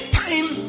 time